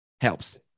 helps